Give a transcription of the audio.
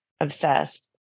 Obsessed